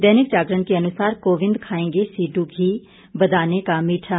दैनिक जागरण के अनुसार कोविंद खाएंगे सिडडू घी बदाने का मीठा